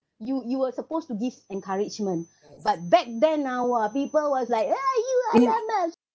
you you were supposed to give encouragement but back then ah !wah! people was like hey you